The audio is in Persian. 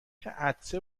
عطسه